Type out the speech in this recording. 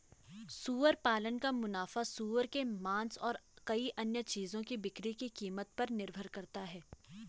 सुअर पालन का मुनाफा सूअर के मांस और कई अन्य चीजों की बिक्री की कीमत पर निर्भर करता है